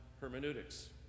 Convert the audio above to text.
hermeneutics